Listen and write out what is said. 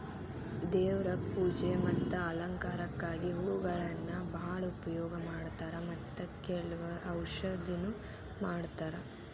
ದೇವ್ರ ಪೂಜೆ ಮತ್ತ ಅಲಂಕಾರಕ್ಕಾಗಿ ಹೂಗಳನ್ನಾ ಬಾಳ ಉಪಯೋಗ ಮಾಡತಾರ ಮತ್ತ ಕೆಲ್ವ ಔಷಧನು ಮಾಡತಾರ